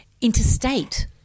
interstate